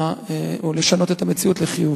לשנות את המציאות לחיוב.